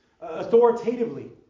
authoritatively